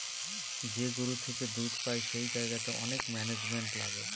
যে গরু থেকে দুধ পাই সেই জায়গাতে অনেক ম্যানেজমেন্ট লাগে